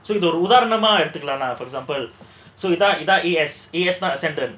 so உதாரணமா எடுத்துக்கலாம்னா:uthaaranamaa eduthukalaamnaa for example இதான் இதான்:idhaan idhaan without A_S A_S not accepted